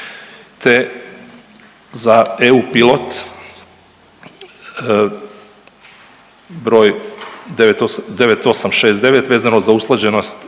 te za EU pilot broj 9869 vezano za usklađenost